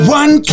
one